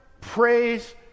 praise